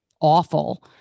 awful